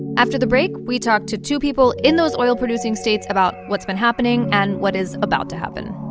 after the break, we talk to two people in those oil-producing states about what's been happening and what is about to happen